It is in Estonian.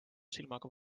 silmaga